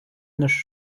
наш